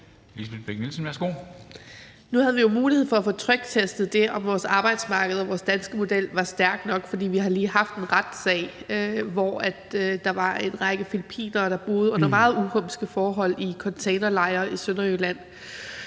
jo haft mulighed for at få tryktestet, om vores arbejdsmarked og vores danske model er stærk nok, for vi har lige haft en retssag, hvor en række filippinere boede under meget uhumske forhold i containerlejre i Sønderjylland.